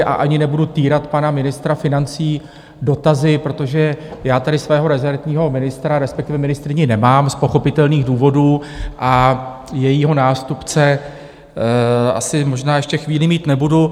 A ani nebudu týrat pana ministra financí dotazy, protože já tady svého rezortního ministra, respektive ministryni, nemám z pochopitelných důvodů a jejího nástupce asi možná ještě chvíli mít nebudu.